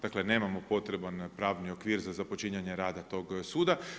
Dakle, nemamo potreban pravni okvir za započinjanje rada tog suda.